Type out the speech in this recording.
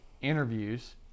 interviews